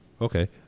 Okay